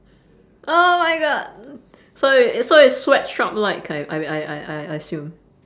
oh my god so it so it's sweat shop like I b~ I I I I assume